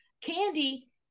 Candy